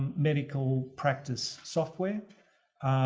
medical practice software.